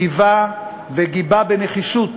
ליווה וגיבה בנחישות